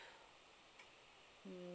mm